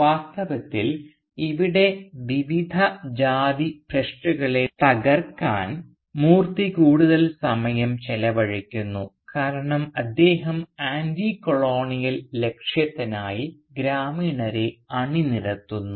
വാസ്തവത്തിൽ വിവിധ ജാതി ഭ്രഷ്ടുകളെ തകർക്കാൻ മൂർത്തി കൂടുതൽ സമയം ചെലവഴിക്കുന്നു കാരണം അദ്ദേഹം ആൻറ്റികോളോണിയൽ ലക്ഷ്യത്തിനായി ഗ്രാമീണരെ അണിനിരത്തുന്നു